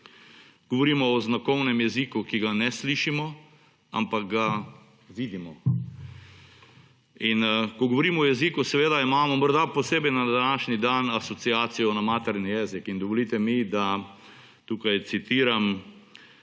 Govorimo o znakovnem jeziku, ki ga ne slišimo, ampak ga vidimo. Ko govorimo o jeziku, imamo morda posebej na današnji dan asociacijo na materni jezik in dovolite mi, da tukaj citiram